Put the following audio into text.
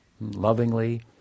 lovingly